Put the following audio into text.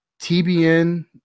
TBN